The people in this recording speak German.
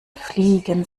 fliegen